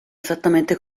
esattamente